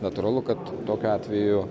natūralu kad tokiu atveju